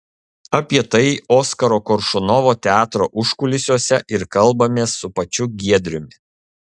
apie tai oskaro koršunovo teatro užkulisiuose ir kalbamės su pačiu giedriumi